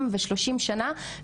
כדוגמאות,